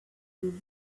blue